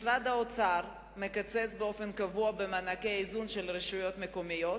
משרד האוצר מקצץ באופן קבוע במענקי איזון של הרשויות המקומיות,